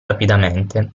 rapidamente